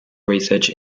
research